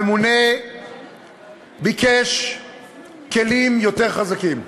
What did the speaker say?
הממונה ביקש כלים יותר חזקים.